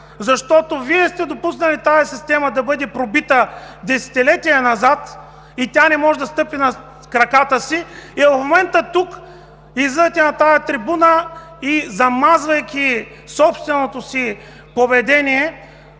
Вие сте допуснали тази система да бъде пробита десетилетия назад и тя не може да стъпи на краката си. В момента тук излизате на трибуната и, замазвайки собственото си поведение,